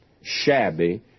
shabby